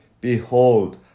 Behold